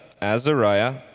Azariah